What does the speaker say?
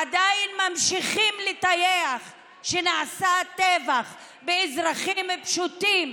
עדיין ממשיכים לטייח את זה שנעשה טבח באזרחים פשוטים,